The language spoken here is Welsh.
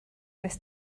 nes